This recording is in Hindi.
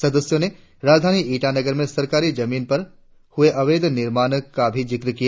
सदस्यों ने राजधानी ईटानगर में सरकारी जमीन पर हुए अवैध निर्माणों का भी जिक्र किया